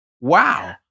Wow